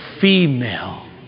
female